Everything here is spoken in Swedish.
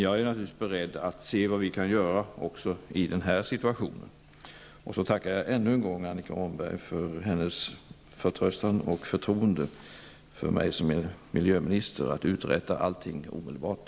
Jag är naturligtvis beredd att se vad vi kan göra också i denna situation. Jag tackar ännu en gång Annika Åhnberg för hennes förtröstan och förtroende för mig som miljöminister att kunna uträtta allting omedelbart.